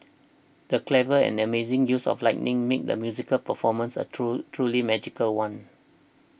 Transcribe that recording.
the clever and amazing use of lighting made the musical performance a true truly magical one